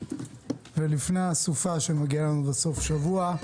ולפני הסופה שמגיעה אלינו בסוף השבוע.